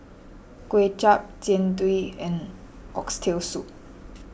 Kway Chap Jian Dui and Oxtail Soup